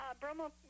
Bromo